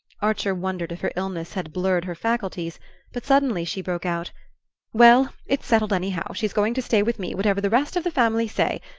archer wondered if her illness had blurred her faculties but suddenly she broke out well, it's settled, anyhow she's going to stay with me, whatever the rest of the family say!